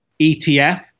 ETF